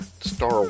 Star